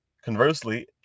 Conversely